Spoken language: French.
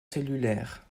cellulaire